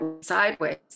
sideways